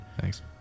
Thanks